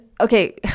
okay